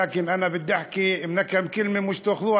אבל ברצוני לומר כמה מילים,